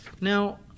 Now